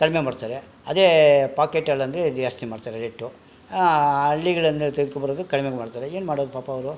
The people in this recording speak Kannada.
ಕಡಿಮೆ ಮಾಡ್ತಾರೆ ಅದೇ ಪಾಕೇಟ್ ಹಾಲಂದ್ರೆ ಜಾಸ್ತಿ ಮಾಡ್ತಾರೆ ರೇಟು ಹಳ್ಳಿಗಳಿಂದ ತೆಗೆದುಕೋ ಬರೋದು ಕಡಿಮೆ ಮಾಡ್ತಾರೆ ಏನು ಮಾಡೋದು ಪಾಪ ಅವರು